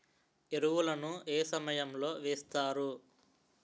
ఎరువుల ను ఏ సమయం లో వేస్తారు?